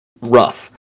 rough